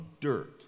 dirt